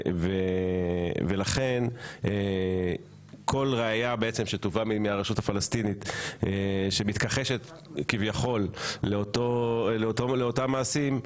לכן כל ראיה שתובא מהרשות הפלסטינית שמתכחשת כביכול לאותם מעשים,